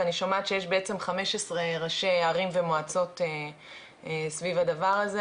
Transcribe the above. ואני שומעת שיש בעצם 15 ראשי ערים ומועצות סביב הדבר הזה,